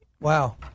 Wow